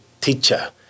teacher